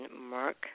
Mark